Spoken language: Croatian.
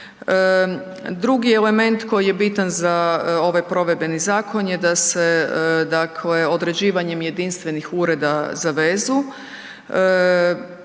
Drugi element koji je bitan za ovaj provedbeni zakon je da se određivanjem jedinstvenih ureda za vezu